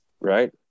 Right